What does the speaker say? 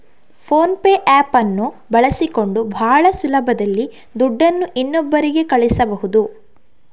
phone pay app ಅನ್ನು ಬಳಸಿಕೊಂಡು ಭಾಳ ಸುಲಭದಲ್ಲಿ ದುಡ್ಡನ್ನು ಇನ್ನೊಬ್ಬರಿಗೆ ಕಳಿಸಬಹುದು